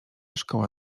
szkoła